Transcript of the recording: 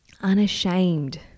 unashamed